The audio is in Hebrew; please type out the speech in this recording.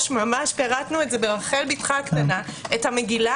ממש פירטנו את זה ברחל בתך הקטנה את המגילה